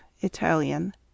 Italian